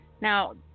Now